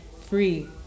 free